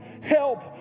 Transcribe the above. Help